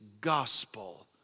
gospel